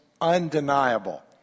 undeniable